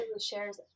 shares